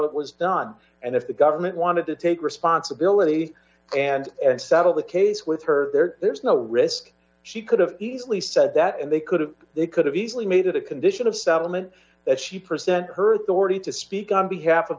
it was done and if the government wanted to take responsibility and and settle the case with her there's no risk she could have easily said that and they could have they could have easily made it a condition of settlement that she present her thirty to speak on behalf of